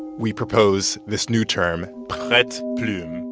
we propose this new term, but prete-plume.